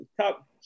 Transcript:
top